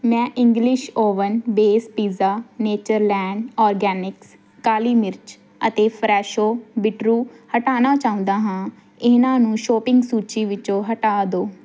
ਮੈਂ English oven base pizza Natureland organics ਕਾਲੀ ਮਿਰਚ ਅਤੇ ਫਰੈਸ਼ੋ ਬੀਟਰੂ ਹਟਾਉਣਾ ਚਾਹੁੰਦਾ ਹਾਂ ਇਹਨਾਂ ਨੂੰ ਸ਼ੋਪਿੰਗ ਸੂਚੀ ਵਿੱਚੋਂ ਹਟਾ ਦਿਉ